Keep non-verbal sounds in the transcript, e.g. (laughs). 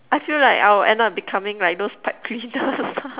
I feel like I will end up becoming like those pipe cleaners (laughs)